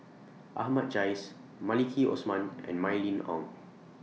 Ahmad Jais Maliki Osman and Mylene Ong